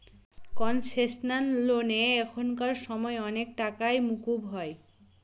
concessional লোনে এখানকার সময় অনেক টাকাই মকুব হয়